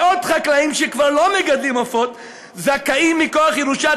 ומאות חקלאים שכבר לא מגדלים עופות זכאים מכוח ירושת